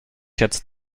jetzt